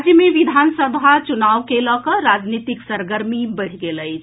राज्य मे विधानसभा चुनाव के लऽ कऽ राजनीतिक सरगर्मी बढ़ि गेल अछि